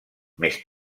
més